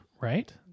right